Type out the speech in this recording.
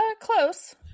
close